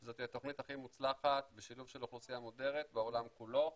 זאת התוכנית הכי מוצלחת בשילוב של אוכלוסייה מודרת בעולם כולו.